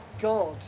God